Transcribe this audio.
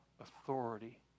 authority